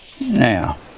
now